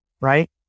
right